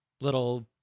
little